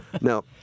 No